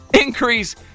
increase